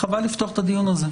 מכובדיי, חבל לפתוח את הדיון הזה,